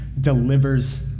delivers